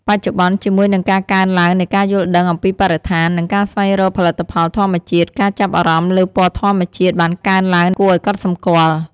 បច្ចុប្បន្ន ជាមួយនឹងការកើនឡើងនៃការយល់ដឹងអំពីបរិស្ថាន និងការស្វែងរកផលិតផលធម្មជាតិ ការចាប់អារម្មណ៍លើពណ៌ធម្មជាតិបានកើនឡើងគួរឱ្យកត់សម្គាល់។